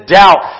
doubt